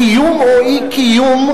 קיום או אי-קיום,